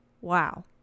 Wow